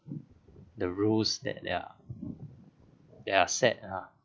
the rules that ya they are sad ah